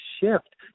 shift